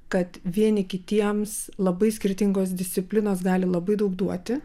kad vieni kitiems labai skirtingos disciplinos gali labai daug duoti